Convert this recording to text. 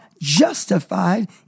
justified